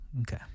Okay